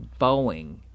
boeing